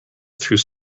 through